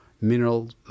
mineral